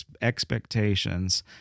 expectations